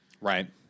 Right